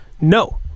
No